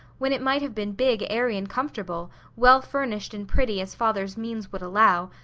when it might have been big, airy, and comfortable, well furnished and pretty as father's means would allow,